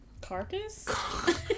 Carcass